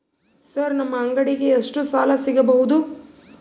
Sir ನಮ್ಮ ಅಂಗಡಿಗೆ ಎಷ್ಟು ಸಾಲ ಸಿಗಬಹುದು?